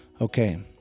Okay